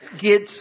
get